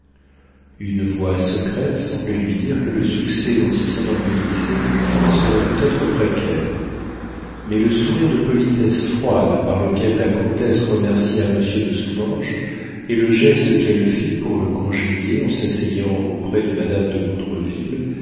une voix secrète semblait lui dire que le succès dont il s'enorgueillissait serait peut-être précaire mais le sourire de politesse froide par lequel la comtesse remercia monsieur de soulanges et le geste qu'elle fit pour le congédier en s'asseyant auprès de madame de